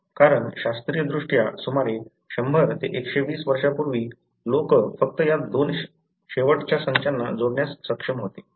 कारण शास्त्रीयदृष्ट्या सुमारे 100 ते 120 वर्षांपूर्वी लोक फक्त या दोन शेवटच्या संचांना जोडण्यास सक्षम होते